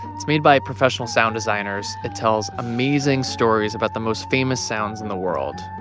it's made by professional sound designers. it tells amazing stories about the most famous sounds in the world.